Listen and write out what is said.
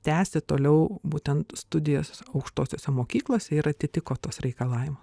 tęsė toliau būtent studijas aukštosiose mokyklose ir atitiko tuos reikalavimus